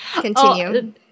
continue